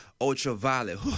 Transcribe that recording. ultraviolet